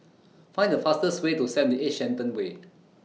Find The fastest Way to seventy eight Shenton Way